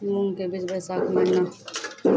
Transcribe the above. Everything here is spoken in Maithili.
मूंग के बीज बैशाख महीना